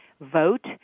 vote